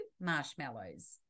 marshmallows